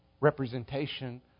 representation